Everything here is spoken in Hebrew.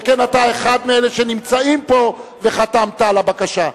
שכן אתה אחד מאלה שנמצאים פה וחתמת על הבקשה,